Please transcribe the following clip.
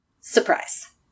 surprise